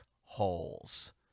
holes